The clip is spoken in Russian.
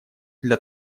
для